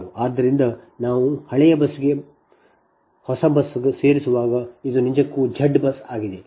ಆದ್ದರಿಂದ ನಾವು ಹಳೆಯ ಬಸ್ಗೆ ಬಲಕ್ಕೆ ಹೊಸ ಬಸ್ ಸೇರಿಸುವಾಗ ಇದು ನಿಜಕ್ಕೂ Z BUS ಆಗಿದೆ